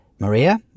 Maria